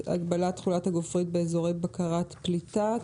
הגבלת תכולת הגופרית באזורי בקרת פליטה,